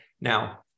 Now